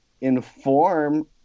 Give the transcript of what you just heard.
inform